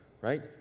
right